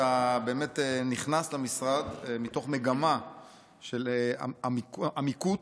שאתה נכנס למשרד מתוך מגמה של עומק,